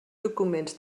documents